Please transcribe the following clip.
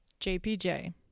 JPJ